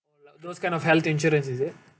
those kind of health insurance is it